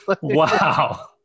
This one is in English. wow